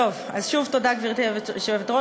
טוב, אז שוב תודה, גברתי היושבת-ראש.